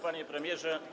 Panie Premierze!